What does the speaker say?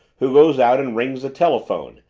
who goes out and rings the telephone,